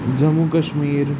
Jammu Kashmir